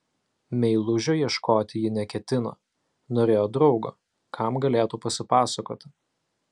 meilužio ieškoti ji neketino norėjo draugo kam galėtų pasipasakoti